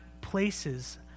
places